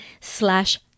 slash